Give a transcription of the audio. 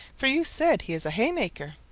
for you said he is a haymaker,